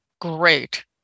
great